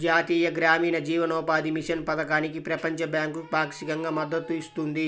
జాతీయ గ్రామీణ జీవనోపాధి మిషన్ పథకానికి ప్రపంచ బ్యాంకు పాక్షికంగా మద్దతు ఇస్తుంది